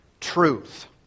truth